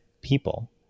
people